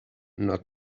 not